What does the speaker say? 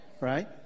right